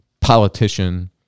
politician